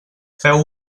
feu